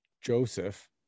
Joseph